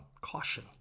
caution